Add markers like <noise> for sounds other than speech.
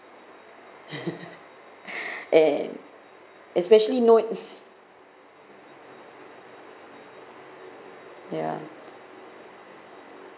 <laughs> and especially note ya